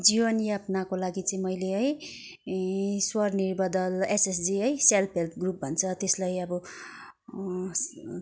जीवनयातनाको लागि चाहिँ मैले है स्वनिर्भर दल एसएचजी है सेल्फ हेल्प ग्रुप भन्छ त्यसलाई अब